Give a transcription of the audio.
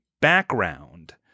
background